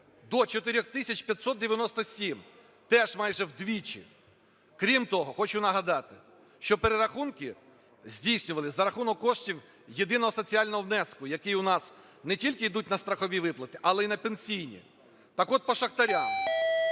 597, теж майже вдвічі. Крім того, хочу нагадати, що перерахунки здійснювались за рахунок коштів єдиного соціального внеску, які у нас не тільки ідуть на страхові виплати, але і на пенсійні. Так от, по шахтарям.